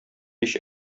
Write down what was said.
һич